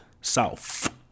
South